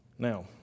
Now